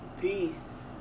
Peace